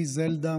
אני זלדה,